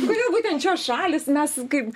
kodėl būtent šios šalys mes kaip